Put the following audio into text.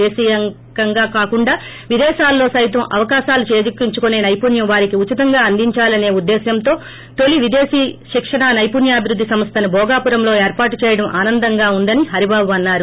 దేశీయంగానే కాకుండా విదేశాల్లో సైతం అవకాశాలు చేజెక్కించునే నైపుణ్యం వారికి ఉచితంగా అందించాలసే ఉద్దేశంతో తొలి విదేశీ శిక్షణానైపుణ్యాభివృద్ధి సంస్సను భోగాపురంలో ఏర్పాటుచేయడం ఆనందంగా ఉందని హరిబాబు అన్నారు